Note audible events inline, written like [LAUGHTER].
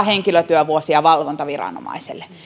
[UNINTELLIGIBLE] henkilötyövuosia valvontaviranomaiselle